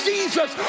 Jesus